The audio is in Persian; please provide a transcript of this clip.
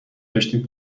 نوشتین